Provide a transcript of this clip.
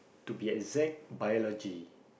to be exact Biology